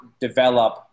develop